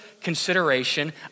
consideration